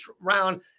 round